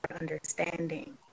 understanding